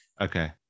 okay